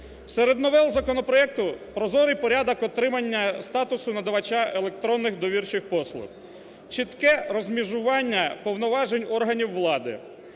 Серед новел законопроекту: прозорий порядок отримання статусу надавача електронних довірчих послуг, чітке розмежування повноважень органів влади,